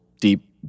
deep